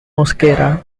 mosquera